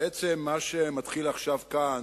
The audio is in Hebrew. מה שמתחיל עכשיו כאן